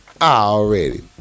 Already